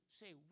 say